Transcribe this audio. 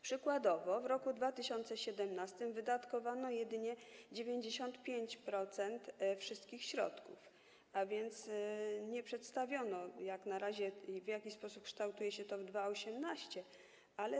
Przykładowo w roku 2017 wydatkowano jedynie 95% wszystkich środków, a nie przedstawiono jak na razie, w jaki sposób kształtuje się to w 2018 r.